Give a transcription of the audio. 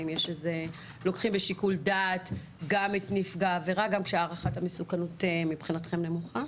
האם אתם לוקחים בחשבון גם את נפגע העברה גם כשהערכת המסוכנות נמוכה?